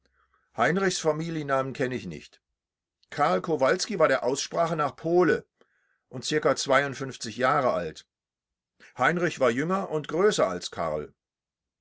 heinrichs familienname kenne ich nicht karl kowalski war der aussprache nach pole und ca jahre alt heinrich war jünger und großer als karl